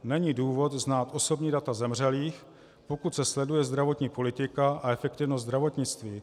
Není důvod znát osobní data zemřelých, pokud se sleduje zdravotní politika a efektivnost zdravotnictví.